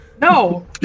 No